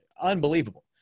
unbelievable